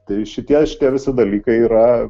tai šitie šitie visi dalykai yra